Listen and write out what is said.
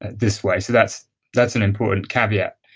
this way. so that's that's an important caveat.